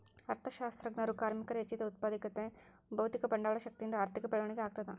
ಅರ್ಥಶಾಸ್ತ್ರಜ್ಞರು ಕಾರ್ಮಿಕರ ಹೆಚ್ಚಿದ ಉತ್ಪಾದಕತೆ ಭೌತಿಕ ಬಂಡವಾಳ ಶಕ್ತಿಯಿಂದ ಆರ್ಥಿಕ ಬೆಳವಣಿಗೆ ಆಗ್ತದ